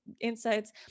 insights